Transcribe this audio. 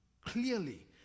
clearly